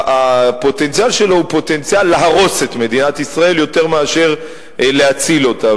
הפוטנציאל שלו הוא פוטנציאל להרוס את מדינת ישראל יותר מאשר להציל אותה.